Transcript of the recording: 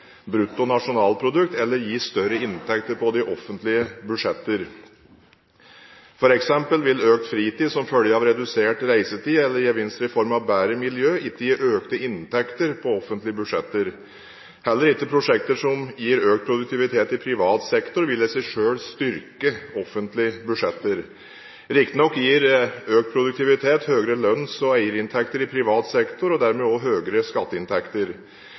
eller gi større inntekter på de offentlige budsjetter. For eksempel vil økt fritid som følge av redusert reisetid, eller gevinster i form av bedre miljø, ikke gi økte inntekter på offentlige budsjetter. Heller ikke prosjekter som gir økt produktivitet i privat sektor, vil i seg selv styrke offentlige budsjetter. Riktignok gir økt produktivitet høyere lønns- og eierinntekter i privat sektor og dermed også høyere skatteinntekter.